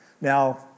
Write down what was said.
Now